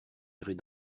irez